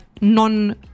non